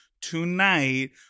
tonight